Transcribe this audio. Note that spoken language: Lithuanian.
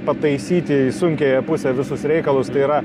pataisyti sunkiąją pusę visus reikalus tai yra